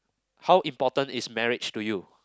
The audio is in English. how important is marriage to you